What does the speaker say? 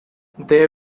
they